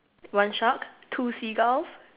one shark two seagulls